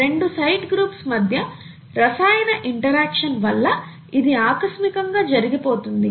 రెండు side groups మధ్య రసాయన ఇంటరాక్షన్ వల్ల ఇది ఆకస్మికంగా జరిగిపోతుంది